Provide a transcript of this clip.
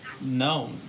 No